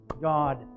God